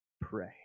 pray